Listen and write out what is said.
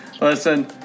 Listen